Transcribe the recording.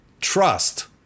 trust